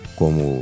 como